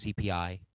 CPI